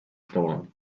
stolen